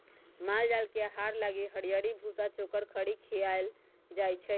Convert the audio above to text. माल जाल के आहार लागी हरियरी, भूसा, चोकर, खरी खियाएल जाई छै